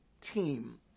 team